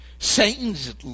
Satan's